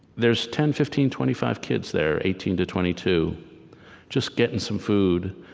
there's ten, fifteen, twenty five kids there eighteen to twenty two just getting some food.